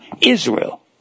Israel